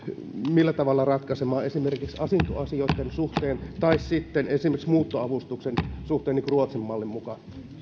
millä tavalla ratkaisemaan esimerkiksi asuntoasioitten suhteen tai esimerkiksi muuttoavustuksen suhteen niin kuin ruotsin mallin mukaan